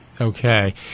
Okay